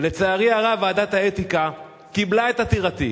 ולצערי הרב, ועדת האתיקה קיבלה את עתירתי,